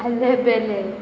आलेबेले